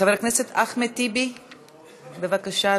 חבר הכנסת אחמד טיבי, בבקשה,